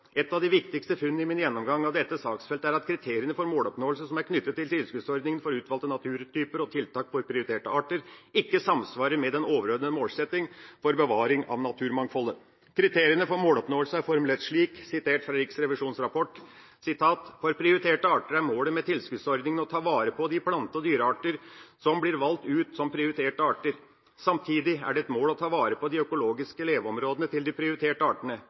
Et av de viktigste funnene i min gjennomgang av dette saksfeltet er at kriteriene for måloppnåelse, som er knyttet til tilskuddsordningene for utvalgte naturtyper og tiltak for prioriterte arter, ikke samsvarer med den overordnete målsettingen for bevaring av naturmangfoldet. Kriteriene for måloppnåelse er formulert slik – sitert fra Riksrevisjonens rapport: «For prioriterte arter er målet med tilskuddsordningen å ta vare på de plante- og dyreartene som blir valgt ut som prioriterte arter. Samtidig er det et mål å ta vare på de økologiske leveområdene til de prioriterte artene.